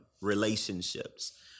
relationships